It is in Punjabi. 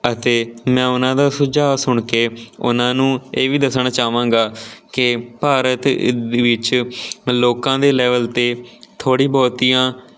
ਅਤੇ ਮੈਂ ਉਹਨਾਂ ਦਾ ਸੁਝਾਅ ਸੁਣ ਕੇ ਉਹਨਾਂ ਨੂੰ ਇਹ ਵੀ ਦੱਸਣਾ ਚਾਹਾਂਗਾ ਕਿ ਭਾਰਤ ਵਿੱਚ ਲੋਕਾਂ ਦੇ ਲੈਵਲ 'ਤੇ ਥੋੜ੍ਹੀ ਬਹੁਤੀਆਂ